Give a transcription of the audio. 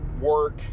work